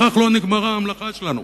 בכך לא נגמרה המלאכה שלנו.